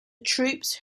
troops